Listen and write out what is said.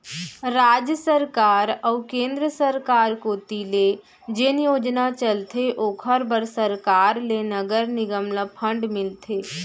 राज सरकार अऊ केंद्र सरकार कोती ले जेन योजना चलथे ओखर बर सरकार ले नगर निगम ल फंड मिलथे